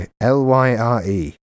L-Y-R-E